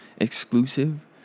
exclusive